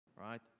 right